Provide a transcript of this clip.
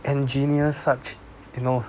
engineer such you know